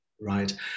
right